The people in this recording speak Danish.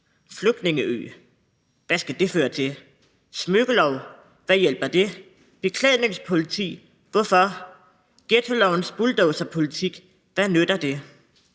Flygtningeø: Hvad skal det føre til? Smykkelov: Hvad hjælper det? Beklædningspoliti: Hvorfor? Ghettolovens bulldozerpolitik: Hvad nytter det?